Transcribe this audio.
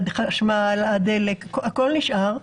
חשמל, דלק, הכול נשאר.